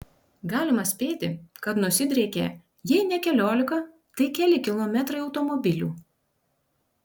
galima spėti kad nusidriekė jei ne keliolika tai keli kilometrai automobilių